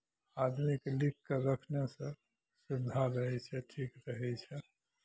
आदमीके लिखि कऽ रखनेसँ सुविधा रहै छै ठीक रहै छै